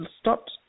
stopped